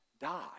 die